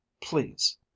please